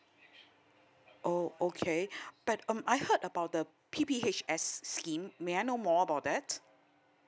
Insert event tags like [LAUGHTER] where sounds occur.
oh okay [BREATH] but um I heard about the P_P_H_S scheme may I know more about that